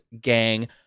gang